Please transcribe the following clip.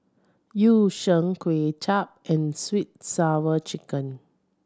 Yu Sheng Kuay Chap and sweet sour chicken